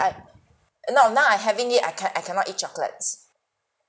I no now I'm having it I can't I cannot eat chocolates